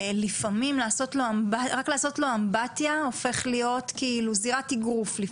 לפעמים רק לעשות לו אמבטיה הופך להיות כאילו זירת אגרוף.